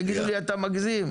יגידו לי שאני מגזים.